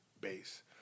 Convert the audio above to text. base